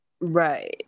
Right